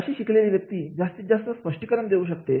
अशी शिकलेली व्यक्ती जास्तीत जास्त स्पष्टीकरण देऊ शकते